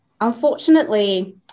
Unfortunately